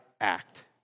act